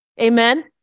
Amen